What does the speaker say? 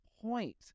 point